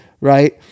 Right